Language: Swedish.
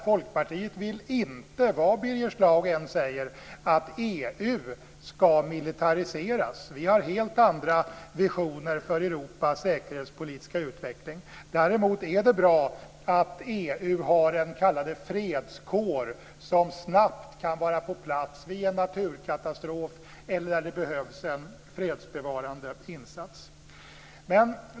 Folkpartiet vill inte, vad Birger Schlaug än säger, att EU skall militariseras. Vi har helt andra visioner för Europas säkerhetspolitiska utveckling. Däremot är det bra att EU har en, kan man kalla det, fredskår som snabbt kan vara på plats vid en naturkatastrof eller när det behövs en fredsbevarande insats.